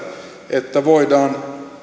että voidaan